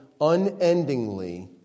unendingly